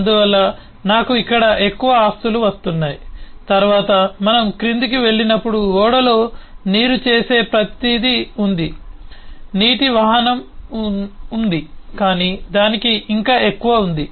అందువల్ల నాకు ఇక్కడ ఎక్కువ ఆస్తులు వస్తున్నాయి తరువాత మనము క్రిందికి వెళ్ళినప్పుడు ఓడలో నీరు చేసే ప్రతిదీ ఉంది నీటి వాహనం ఉంది కానీ దానికి ఇంకా ఎక్కువ ఉంది